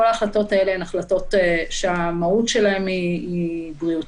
כל ההחלטות האלה הן החלטות שהמהות שלהן היא בריאותית.